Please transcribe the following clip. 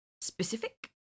specific